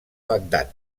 bagdad